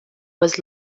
was